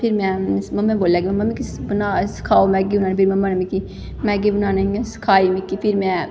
फिर में मम्मा गी बोलेआ कि मम्मा सखाओ मैगी बनाना फ्ही मम्मा ने मिगी मैगी बनानी इ'यां सखाई फिर में